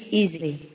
easily